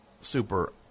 super